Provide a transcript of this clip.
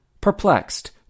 perplexed